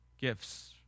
gifts